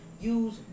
Use